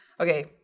okay